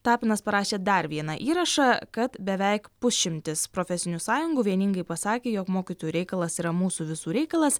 tapinas parašė dar vieną įrašą kad beveik pusšimtis profesinių sąjungų vieningai pasakė jog mokytojų reikalas yra mūsų visų reikalas